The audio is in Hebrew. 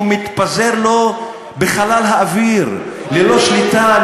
הוא מתפזר לו בחלל האוויר ללא שליטה,